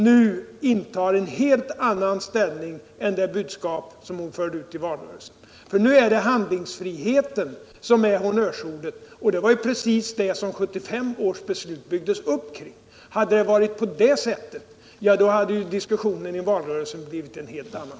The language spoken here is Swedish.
nu intar en helt annan ställning i jämförelse med de budskap som hon förde ut I valrörelsen. Nu är det handlingsfrihet som är honnörsordet. Det var precis det som 1975 års beslut byggdes upp kring. Om centern hade deklarerat det tidigare, hade diskussionen i valrörelsen blivit en helt annan.